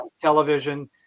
television